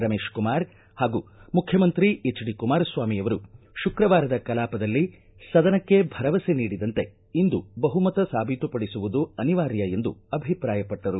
ರಮೇಶಕುಮಾರ್ ಹಾಗೂ ಮುಖ್ಯಮಂತ್ರಿ ಕುಮಾರಸ್ವಾಮಿ ಅವರು ಶುಕ್ರವಾರದ ಕಲಾಪದಲ್ಲಿ ಸದನಕ್ಕೆ ಭರವಸೆ ನೀಡಿದಂತೆ ಇಂದು ಬಹುಮತ ಸಾಬೀತುಪಡಿಸುವುದು ಅನಿವಾರ್ಯ ಎಂದು ಅಭಿಪ್ರಾಯಪಟ್ಟರು